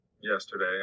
yesterday